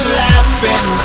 laughing